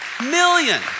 Million